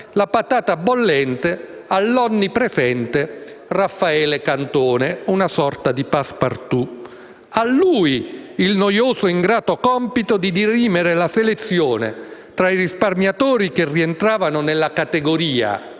la patata bollente sull'onnipresente Raffaele Cantone, una sorta di *passepartout*: a lui il noioso e ingrato compito di operare la selezione tra i risparmiatori che - cito - rientravano nella categoria